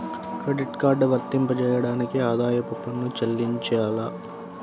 Credit card వర్తింపజేయడానికి ఆదాయపు పన్ను చెల్లించాలా?